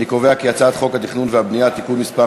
אני קובע כי הצעת חוק התכנון והבנייה (תיקון מס'